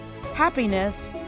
happiness